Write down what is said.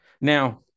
now